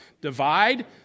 Divide